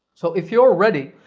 so, if you're ready,